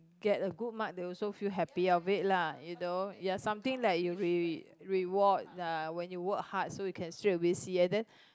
get a good mark they also feel happy of it lah you know ya something like you re~ reward ah when you work hard so you can straightaway see and then